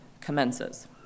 commences